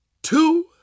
two